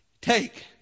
take